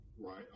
right